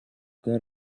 got